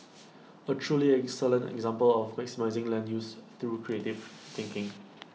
A truly excellent example of maximising land use through creative thinking